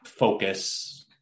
focus